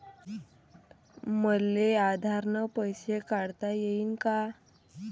मले आधार न पैसे काढता येईन का?